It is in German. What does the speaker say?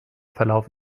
verlaufe